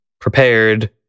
prepared